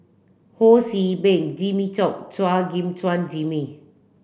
Ho See Beng Jimmy Chok Chua Gim Guan Jimmy